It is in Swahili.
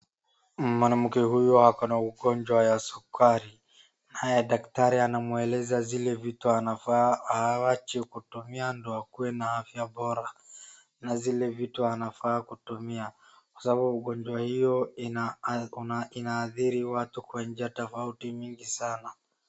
Mwanamke huyu ako na ugonjwa ya sukari naye daktari anamweleza zile vitu anafaa awache kutumia ndiyo akue na afya bora na zile vitu anafaa kutumia. Kwa sababu ugonjwa hiyo inaadhiri watu kwa njia tofauti mingi sana.